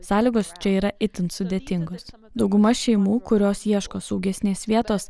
sąlygos čia yra itin sudėtingos dauguma šeimų kurios ieško saugesnės vietos